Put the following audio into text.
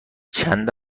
چند